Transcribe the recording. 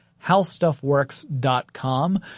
howstuffworks.com